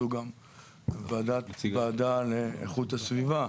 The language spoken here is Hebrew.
זו גם ועדה לאיכות הסביבה,